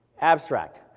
abstract